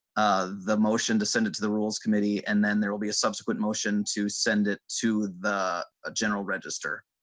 the motion to send it to the rules committee and then there will be a subsequent motion to send it to the a general register.